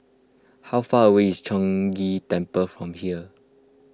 how far away is Chong Ghee Temple from here